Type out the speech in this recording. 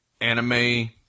anime